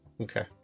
okay